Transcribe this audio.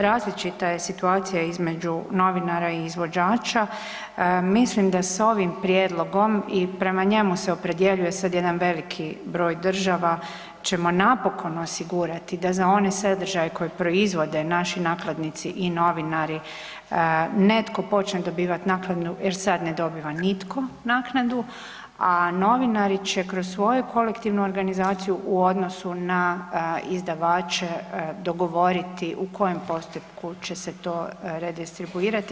Različita je situacija između novinara i izvođača, mislim da s ovim prijedlogom i prema njemu se opredjeljuje sada jedan veliki broj država, ćemo napokon osigurati da za one sadržaje koje proizvode naši nakladnici i novinari, netko počne dobivati naknadu jer sad ne dobiva nitko naknadu, a novinari će kroz svoju kolektivnu organizaciju u odnosu na izdavače dogovoriti u kojem postotku će se to redistribuirati.